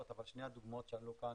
אני רוצה לשבח את ירונה שלום,